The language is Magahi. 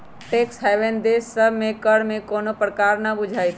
टैक्स हैवन देश सभ में कर में कोनो प्रकारे न बुझाइत